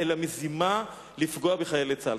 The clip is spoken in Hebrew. אלא מזימה לפגוע בחיילי צה"ל.